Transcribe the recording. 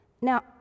Now